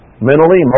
Mentally